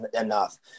enough